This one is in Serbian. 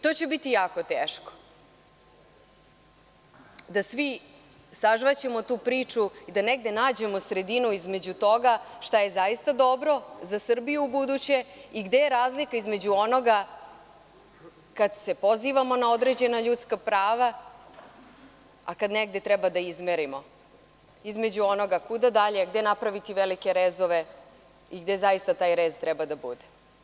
To će biti jako teško da svi sažvaćemo tu priču i da negde nađemo sredinu između toga šta je zaista dobro za Srbiju ubuduće i gde je razlika između onoga kad se pozivamo na određena ljudska prava, a kad negde treba da izmerimo između onoga kuda dalje, gde napraviti velike rezove i gde zaista taj rez treba da bude.